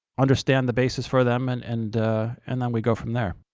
understand the basis for them, and and and then we go from there.